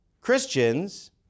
Christians